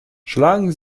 schlagen